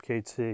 KT